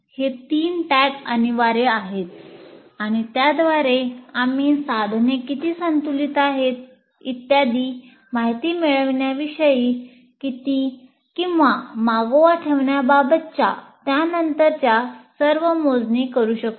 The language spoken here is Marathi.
हे तीन टॅग अनिवार्य आहेत आणि त्याद्वारे आम्ही साधने किती संतुलित आहेत इत्यादी माहिती मिळविण्याविषयी किंवा मागोवा ठेवण्याबाबतच्या त्यानंतरच्या सर्व मोजणी करू शकतो